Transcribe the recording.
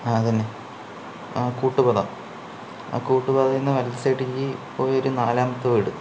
ആ അതു തന്നെ ആ കൂട്ടുപാത ആ കൂട്ടുപാതയിൽനിന്ന് വലത്ത് സൈഡിലേക്ക് പോയി ഒരു നാലാമത്തെ വീട്